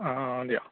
অঁ অঁ দিয়ক